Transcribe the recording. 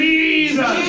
Jesus